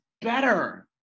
better